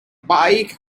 bit